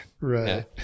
Right